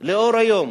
לאור היום,